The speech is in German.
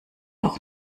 auch